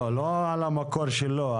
לא, לא על המקור שלו.